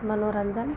मनोरन्जन